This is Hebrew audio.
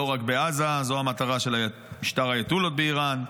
לא רק בעזה, זו המטרה של משטר האייתוללות באיראן,